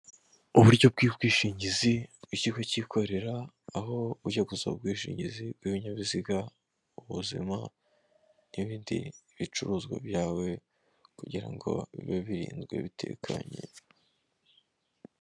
Uburyo bw'ubwishingizi bw'ikigo cyikorera aho ujya gusaba ubwishingizi bw'ibinyabiziga ubuzima n'ibindi bicuruzwa byawe kugirango bibe birinzwe bitekanye.